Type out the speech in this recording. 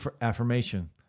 affirmation